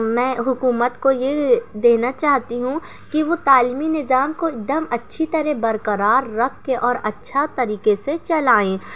میں حکومت کو یہ دینا چاہتی ہوں کہ وہ تعلیمی نظام کو ایک دم اچھے طرح برقرار رکھ کے اور اچھا طریقہ سے چلائیں